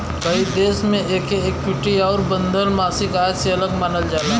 कई देश मे एके इक्विटी आउर बंधल मासिक आय से अलग मानल जाला